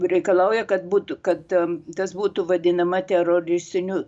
reikalauja kad būtų kad tas būtų vadinama teroristiniu